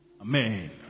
Amen